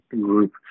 group